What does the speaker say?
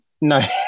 No